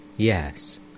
Yes